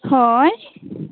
ᱦᱳᱭ